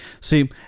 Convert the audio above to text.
See